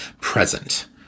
present